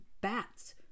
bats